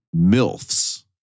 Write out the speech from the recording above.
MILFs